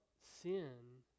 sin